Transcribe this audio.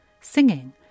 Singing